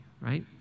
right